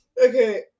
Okay